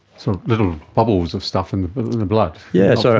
so, little bubbles of stuff in the blood. yeah so